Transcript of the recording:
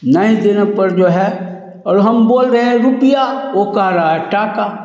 नाई देने पर जो है और हम बोल रहे हैं रूपया ओ कह रहा है टाका